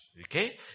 Okay